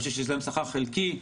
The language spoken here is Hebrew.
או שילם שכר חלקי,